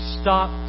stop